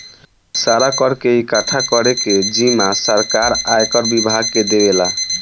सारा कर के इकठ्ठा करे के जिम्मा सरकार आयकर विभाग के देवेला